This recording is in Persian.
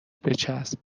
بچسب